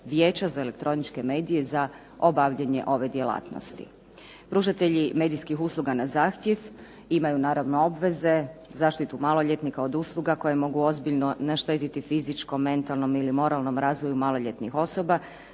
Vijeća za elektroničke medije za obavljanje ove djelatnosti. Pružatelji medijskih usluga na zahtjev imaju naravno obveze zaštitu maloljetnika od usluga koje mogu ozbiljno naštetiti fizičkom, mentalnom ili moralnom razvoju maloljetnih osoba,